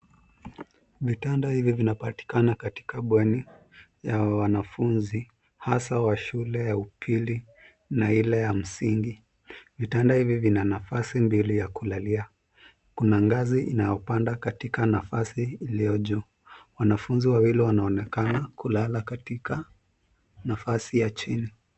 Vitanda hivi vinapatikana katika bweni ya wanafunzi hasa wa shule ya upili na ile ya msingi. Vitanda hivi vina nafasi mbili ya kulalia, kuna ngazi inayopanda katika nafasi iliyo juu. Wanafunzi wawili wanaonekana kulala katika nafasi ya chini.